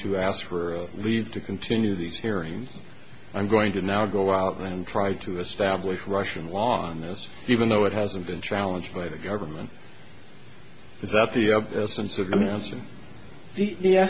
to ask for leave to continue these hearings i'm going to now go out and try to establish russian law on this even though it hasn't been challenged by the government is that the essence